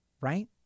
right